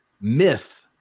myth